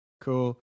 cool